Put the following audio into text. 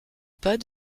pas